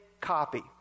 copy